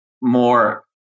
more